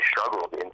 struggled